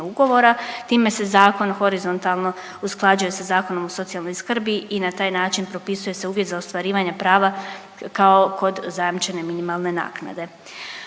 ugovora. Time se zakon horizontalno usklađuje sa Zakonom o socijalnoj skrbi i na taj način propisuje se uvjet za ostvarivanje prava kao kod zajamčene minimalne naknade.